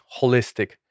holistic